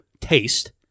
Taste